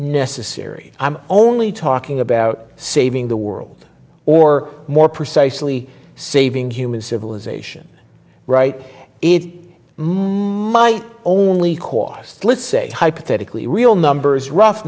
necessary i'm only talking about saving the world or more precisely saving human civilization right it might only cost let's say hypothetically real numbers rough